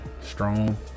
strong